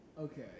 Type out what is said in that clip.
Okay